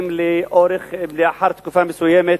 והם, לאחר תקופה מסוימת,